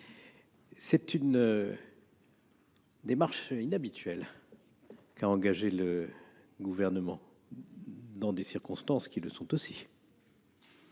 c'est une démarche inhabituelle qu'a engagée le Gouvernement, dans des circonstances qui le sont tout